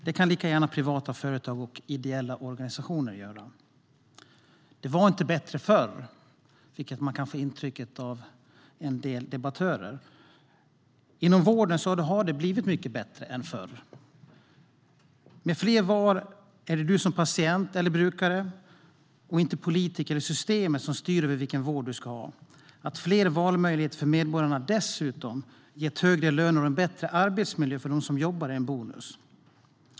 Det kan lika gärna privata företag och ideella organisationer göra. Det var inte bättre förr, vilket man kan få intrycket av från en del debattörer. Inom vården har det blivit mycket bättre än förr. Med fler val är det du som patient eller brukare, och inte politiker och systemet, som styr över vilken vård du ska ha. Att fler valmöjligheter för medborgarna dessutom ger högre löner och en bättre arbetsmiljö för dem som jobbar inom vården är en bonus.